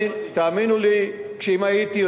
אני אעביר לך, אני אעביר לך